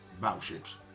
battleships